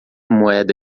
moeda